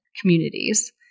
communities